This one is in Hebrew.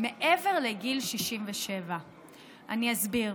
מעבר לגיל 67. אני אסביר.